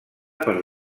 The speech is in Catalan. per